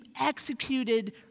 executed